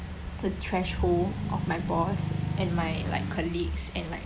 the threshold of my boss and my like colleagues and like